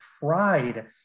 pride